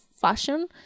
fashion